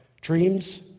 dreams